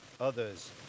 Others